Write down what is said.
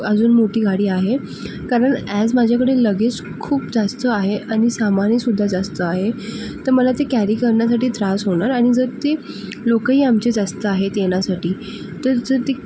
अजून मोठी गाडी आहे कारण ॲज माझ्याकडे लगेज खूप जास्त आहे आणि सामानही सुद्धा जास्त आहे तर मला ते कॅरी करण्यासाठी त्रास होणार आणि जर ते लोकही आमचे जास्त आहेत येण्यासाठी तर जर ती